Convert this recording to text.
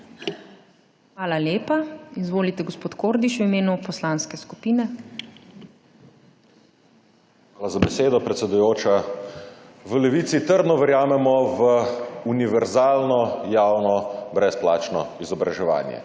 Hvala lepa. Izvolite, gospod Kordiš, v imenu poslanske skupine. MIHA KORDIŠ (PS Levica): Hvala za besedo, predsedujoča. V Levici trdno verjamemo v univerzalno javno brezplačno izobraževanje.